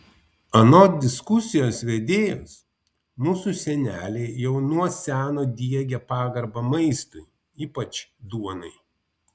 anot diskusijos vedėjos mūsų seneliai jau nuo seno diegė pagarbą maistui ypač duonai